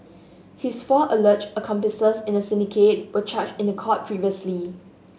his four alleged accomplices in the syndicate were charged in court previously